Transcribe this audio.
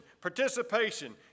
participation